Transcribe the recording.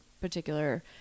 particular